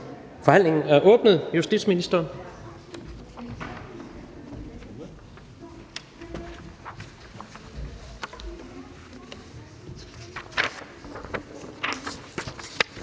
Forhandlingen er åbnet. Justitsministeren.